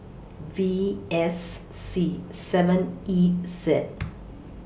V S C seven E Z